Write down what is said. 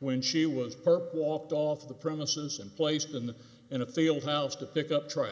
when she was perp walked off the premises and placed in the in a field house to pick up truck